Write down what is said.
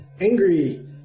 angry